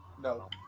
No